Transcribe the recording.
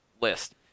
list